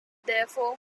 therefore